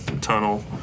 tunnel